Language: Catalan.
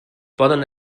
poden